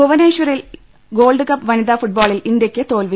ഭുവനേശ്വറിൽ gold cup വനിതാ ഫുട്ബോളിൽ ഇന്ത്യയ്ക്ക് തോൽവി